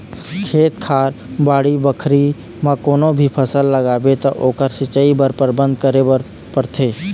खेत खार, बाड़ी बखरी म कोनो भी फसल लगाबे त ओखर सिंचई बर परबंध करे ल परथे